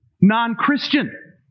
non-Christian